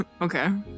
Okay